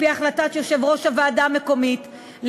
על-פי החלטת יושב-ראש הוועדה המקומית,